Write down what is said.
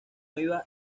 iba